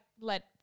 let